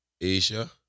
Asia